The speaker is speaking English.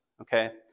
Okay